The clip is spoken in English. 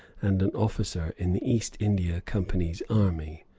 and an officer in the east india company's army.